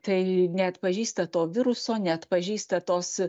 tai neatpažįsta to viruso neatpažįsta tos